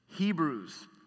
Hebrews